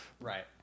Right